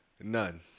None